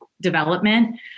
development